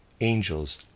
angels